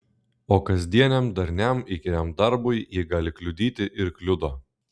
o kasdieniam darniam įkyriam darbui ji gali kliudyti ir kliudo